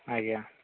ଆଜ୍ଞା